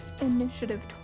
initiative